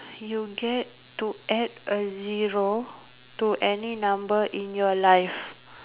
you get to add a zero to any number in your life